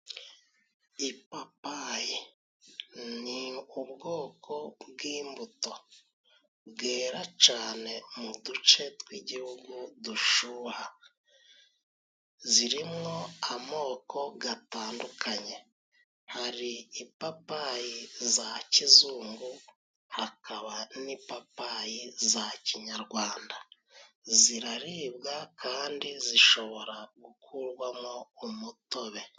Ipapayi ni ubwoko bw'imbuto bwera cane mu duce tw'igihugu dushuha. Zirimwo amoko gatandukanye; hari ipapayi za kizungu, hakaba n'ipapayi za kinyarwanda, ziraribwa kandi zishobora gukurwamwo umutobe.